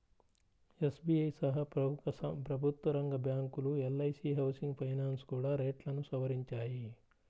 SBI సహా ప్రముఖ ప్రభుత్వరంగ బ్యాంకులు, ఎల్.ఐ.సీ హౌసింగ్ ఫైనాన్స్ కూడా రేట్లను సవరించాయి